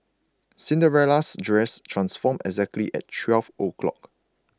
Cinderella's dress transformed exactly at twelve o'clock